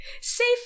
safe